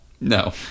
No